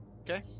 Okay